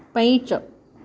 पञ्च